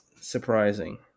surprising